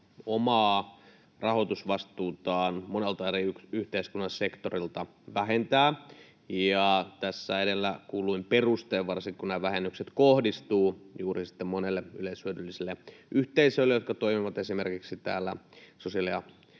omaa rahoitusvastuutaan monelta eri yhteiskunnan sektorilta vähentää, tässä edellä kuulluin perustein — varsinkin kun nämä vähennykset kohdistuvat juuri monelle yleishyödylliselle yhteisölle, jotka toimivat esimerkiksi täällä sosiaali- ja